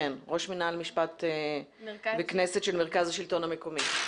ראש מינהל משפט וכנסת של מרכז השלטון המקומי.